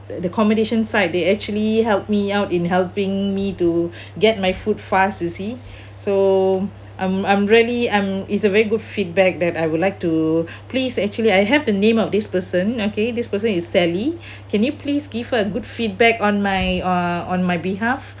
the accommodation side they actually helped me out in helping me to get my food fast you see so I'm I'm really I'm it's a very good feedback that I would like to please actually I have the name of this person okay this person is sally can you please give her a good feedback on my on on my behalf